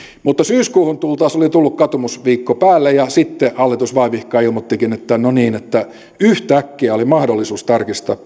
siis syyskuuhun tul taessa oli tullut katumusviikko päälle ja sitten hallitus vaivihkaa ilmoittikin että no niin yhtäkkiä oli mahdollisuus tarkistaa